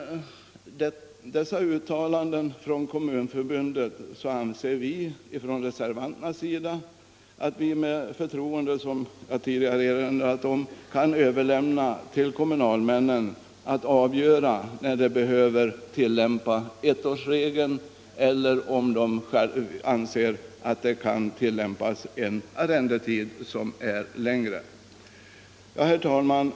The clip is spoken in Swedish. Med dessa uttalanden från Kommunförbundet anser vi reservanter som sagt att vi med förtroende kan överlämna åt kommunalmännen att avgöra när de skall tillämpa ettårsregeln eller när de anser att längre arrendetid är lämplig.